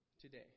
today